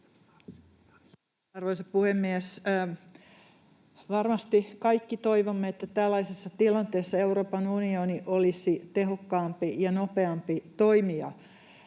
Arvoisa puhemies! Varmasti kaikki toivomme, että tällaisessa tilanteessa Euroopan unioni olisi tehokkaampi ja nopeampi toimija.